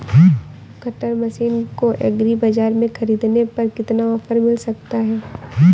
Cutter machine को agri बाजार से ख़रीदने पर कितना ऑफर मिल सकता है?